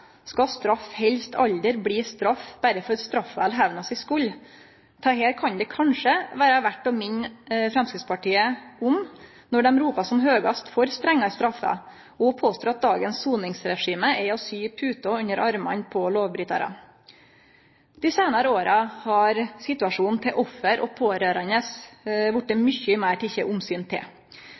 skal straff helst aldri bli straff berre for straffas eller hemnens skuld. Dette kan det kanskje vere verdt å minne Framstegspartiet om når dei ropar som høgast på strengare straffer og påstår at dagens soningsregime er å sy puter under armane på lovbrytarar. Dei seinare åra har situasjonen til offer og pårørande vorte mykje meir teken omsyn til.